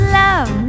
love